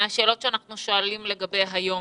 מהשאלות שאנחנו שואלים לגבי היום.